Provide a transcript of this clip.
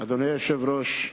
אדוני היושב-ראש,